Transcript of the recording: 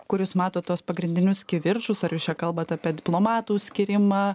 kur jūs matot tuos pagrindinius kivirčus ar jūs čia kalbat apie diplomatų skyrimą